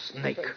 snake